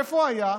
איפה הוא היה?